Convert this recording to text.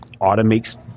automates